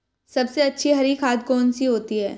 सबसे अच्छी हरी खाद कौन सी होती है?